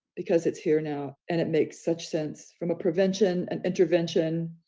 because it's here now. and it makes such sense from a prevention and intervention,